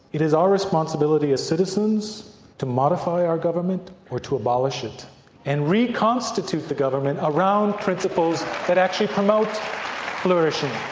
it is our responsibility as citizens to modify our government, or to abolish it and reconstitute the government around principals that actually promote flourishing.